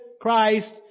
Christ